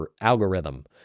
algorithm